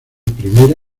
primera